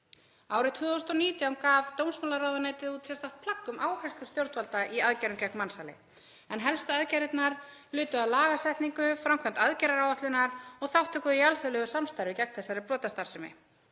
Árið 2019 gaf dómsmálaráðuneytið út sérstakt plagg um áherslur stjórnvalda í aðgerðum gegn mansali. Helstu aðgerðirnar lutu að lagasetningu, framkvæmd, aðgerðaáætlun og þátttöku í alþjóðlegu samstarfi gegn þessari brotastarfsemi.